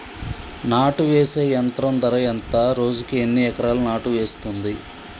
నాటు వేసే యంత్రం ధర ఎంత రోజుకి ఎన్ని ఎకరాలు నాటు వేస్తుంది?